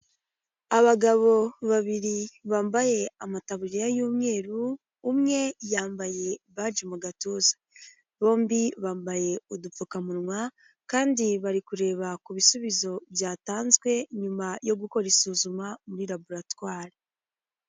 Abagabo babiri bambaye amataburiya y'umweru umwe yambaye baji mu gatuza bombi bambaye udupfukamunwa kandi bari kureba ku bisubizo byatanzwe nyuma yo gukora isuzuma muri laboratware.